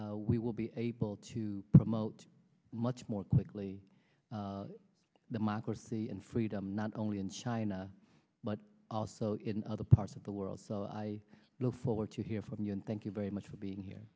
we will be able to promote much more quickly the marcos see and freedom not only in china but also in other parts of the world so i look forward to hear from you and thank you very much for being here